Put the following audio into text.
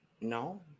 no